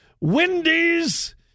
Wendy's